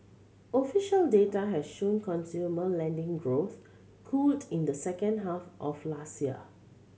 official data has shown consumer lending growth cooled in the second half of last year